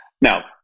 Now